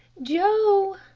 joe!